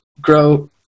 Grow